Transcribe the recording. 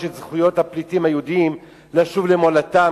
את זכויות הפליטים היהודים לשוב למולדתם,